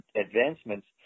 advancements